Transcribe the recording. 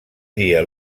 dia